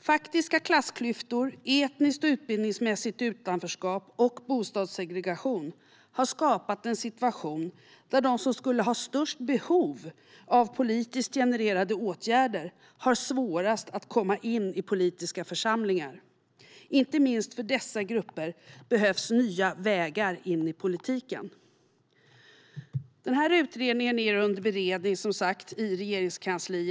"Faktiska klassklyftor, etniskt och utbildningsmässigt utanförskap och bostadssegregation har skapat en situation där de som skulle ha störst behov av politiskt genererade åtgärder har svårast att komma in i politiska församlingar. Inte minst för dessa grupper behövs nya vägar in i politiken." Utredningen är under beredning i Regeringskansliet.